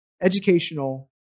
educational